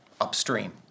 upstream